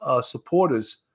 supporters